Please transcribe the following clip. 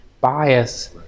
bias